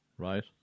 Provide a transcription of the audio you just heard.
Right